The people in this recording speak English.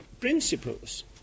principles